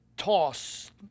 toss